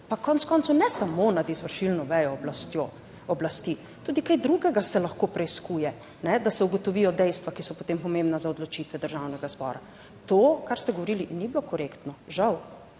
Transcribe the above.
pa konec koncev ne samo nad izvršilno vejo oblasti, tudi kaj drugega se lahko preiskuje, da se ugotovijo dejstva, ki so potem pomembna za odločitve Državnega zbora. To, kar ste govorili, ni bilo korektno, žal.